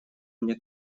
мне